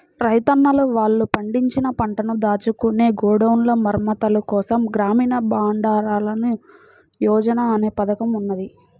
రైతన్నలు వాళ్ళు పండించిన పంటను దాచుకునే గోడౌన్ల మరమ్మత్తుల కోసం గ్రామీణ బండారన్ యోజన అనే పథకం ఉన్నది